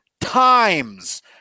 times